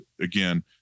again